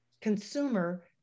consumer